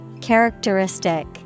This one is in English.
Characteristic